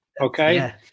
Okay